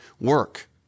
work